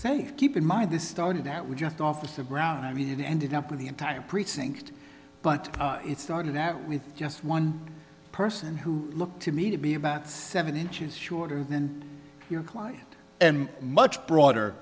safe keep in mind this started out with just officer brown i mean it ended up with the entire precinct but it started out with just one person who looked to me to be about seven inches shorter than your client and much broader